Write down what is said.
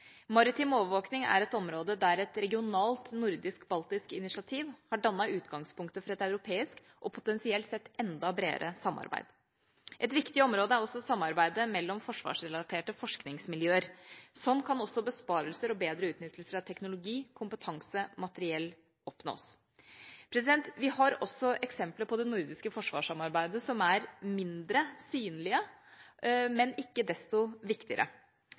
Maritim overvåkning er et område der et regionalt nordisk-baltisk initiativ har dannet utgangspunktet for et europeisk og potensielt sett enda bredere samarbeid. Et viktig område er også samarbeidet mellom forsvarsrelaterte forskningsmiljøer. Sånn kan også besparelser og bedre utnyttelse av teknologi, kompetanse og materiell oppnås. Vi har også eksempler på det nordiske forsvarssamarbeidet som er mindre synlige, men ikke desto viktigere.